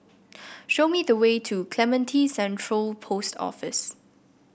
show me the way to Clementi Central Post Office